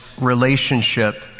relationship